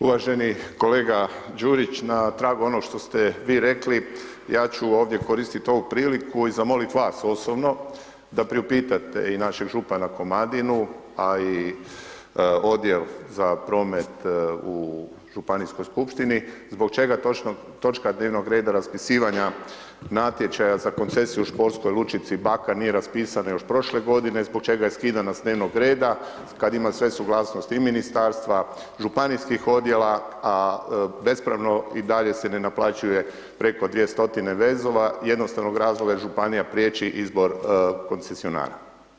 Uvaženi kolega Đujić, na tragu onog što ste vi rekli, ja ću ovdje koristit ovu priliku i zamolit vas osobno da priupitate i našeg župana Komadinu, a i Odjel za promet u županijskoj skupštini zbog čega točno točka dnevnog reda raspisivanja natječaja za koncesiju u Školskoj lučici Bakar nije raspisana još prošle godine, zbog čega je skidana s dnevnog reda kad ima sve suglasnost i ministarstva, županijskih odjela, a bespravno i dalje se ne naplaćuje preko dvije stotine vezova iz jednostavnog razloga jer županija priječi izbor koncesionara.